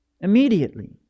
Immediately